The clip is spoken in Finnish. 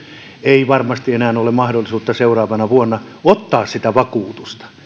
ei varmasti enää ole mahdollisuutta seuraavana vuotta ottaa sitä vakuutusta